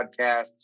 podcasts